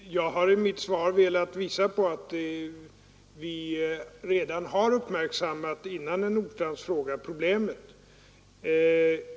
Herr talman! Jag har i mitt svar velat visa att vi redan har uppmärksammat problemet innan herr Nordstrandh ställde sin fråga.